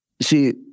See